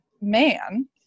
man